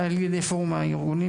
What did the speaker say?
פורום הארגונים.